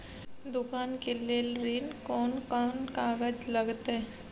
दुकान के लेल ऋण कोन कौन कागज लगतै?